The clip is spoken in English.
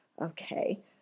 Okay